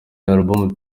album